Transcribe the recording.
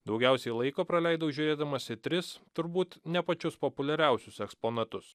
daugiausiai laiko praleidau žiūrėdamas į tris turbūt ne pačius populiariausius eksponatus